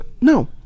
no